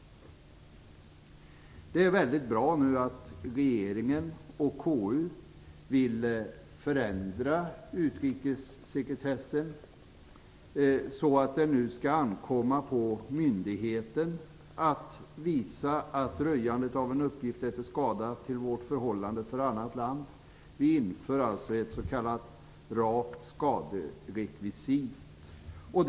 Det är bra att regeringen och KU vill förändra utrikessekretessen så att det nu skall ankomma på myndigheten att visa att röjandet av en uppgift är till skada för vårt förhållande till annat land. Vi inför alltså ett s.k. rakt skaderekvisit.